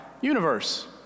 universe